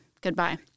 goodbye